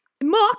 mock